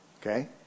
okay